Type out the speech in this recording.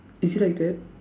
is it like that